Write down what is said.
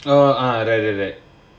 oh oh right right right